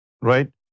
right